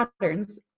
patterns